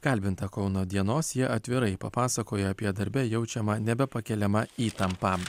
kalbinta kauno dienos jie atvirai papasakojo apie darbe jaučiamą nebepakeliamą įtampą